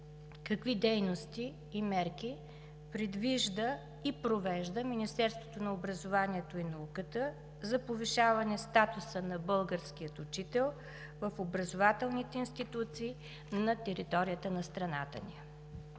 какви дейности и мерки предвижда и провежда Министерството на образованието и науката за повишаване статуса на българския учител в образователните институции на територията на страната ни?